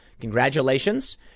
congratulations